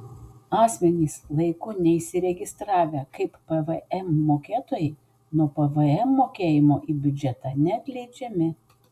asmenys laiku neįsiregistravę kaip pvm mokėtojai nuo pvm mokėjimo į biudžetą neatleidžiami